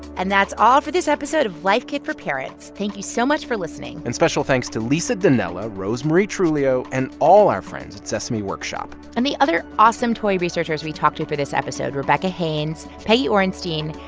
and that's all for this episode of life kit for parents. thank you so much for listening and special thanks to lisa dinella, rosemarie truglio and all our friends at sesame workshop and the other awesome toy researchers we talked to for this episode rebecca hains, peggy orenstein,